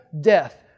death